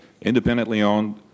independently-owned